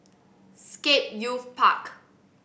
Scape Youth Park